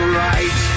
right